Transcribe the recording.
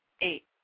eight